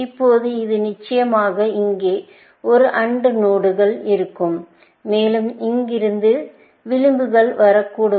இப்போது இது நிச்சயமாக இங்கே ஒரு AND நோடுகள் இருக்கும் மேலும் இங்கிருந்து விளிம்புகள் வரக்கூடும்